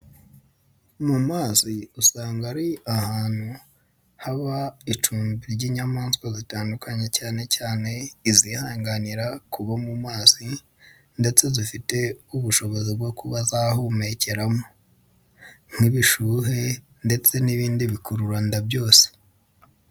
Mu mazi usanga ari ahantu haba icumbi ry'inyamaswa zitandukanye cyane cyane izihanganira kuba mu mazi ndetse zifite ubushobozi bwo kuba zahumekeramo nk'bishuhe ndetse n'ibindi bikururanda byose.